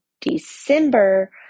December